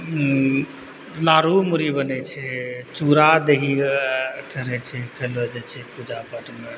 लाड़ू मुरही बनै छै चूरा दही चढ़ै छै फेरो जे छै पूजा पाठमे